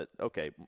okay